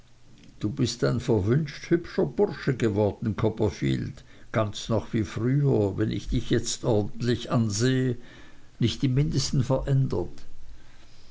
du bist ein verwünscht hübscher bursche geworden copperfield ganz noch wie früher wenn ich dich jetzt ordentlich ansehe nicht im mindesten verändert